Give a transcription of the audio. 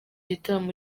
gitaramo